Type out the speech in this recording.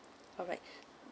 alright